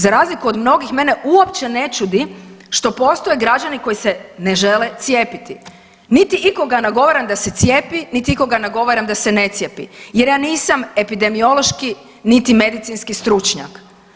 Za razliku od mnogih mene uopće ne čudi što postoje građani koji se ne žele cijepiti, niti ikoga nagovaram da se cijepi, niti ikoga nagovaram da se ne cijepi jer ja nisam epidemiološki niti medicinski stručnjak.